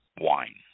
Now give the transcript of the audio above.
wine